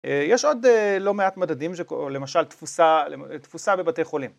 יש עוד לא מעט מדדים, למשל תפוסה, תפוסה בבתי חולים